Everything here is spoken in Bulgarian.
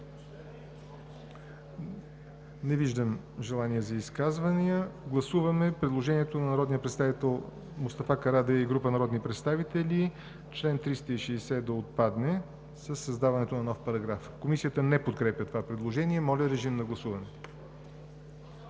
Не виждам желания за изказвания. Гласуваме предложението от народния представител Мустафа Карадайъ и група народни представители чл. 360 да отпадне със създаването на нов параграф. Комисията не подкрепя това предложение. Гласували